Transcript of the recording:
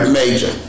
major